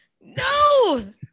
no